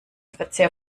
verzehr